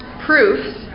proofs